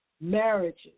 marriages